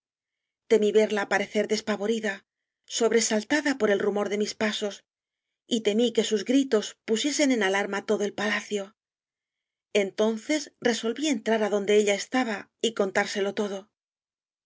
isabel temí verla aparecer despavorida so bresaltada por el rumor de mis pasos y temí que sus gritos pusiesen en alarma todo el palacio entonces resolví entrar á donde ella estaba y contárselo todo